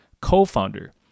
Co-founder